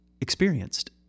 experienced